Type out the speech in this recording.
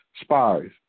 spies